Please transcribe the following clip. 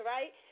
Right